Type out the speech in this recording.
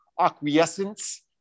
acquiescence